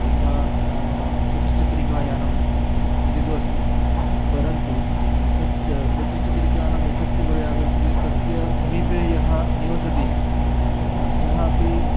यथा नाम चतुश्चक्रिकायानम् इति तु अस्ति परन्तु तत् चतुश्चक्रिकानम् एकस्य गृहे आगच्छति तस्य समीपे यः निवसति सः अपि